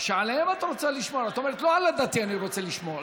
את אומרת: לא על הדתי אני רוצה לשמור,